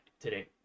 today